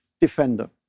Defender